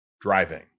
Driving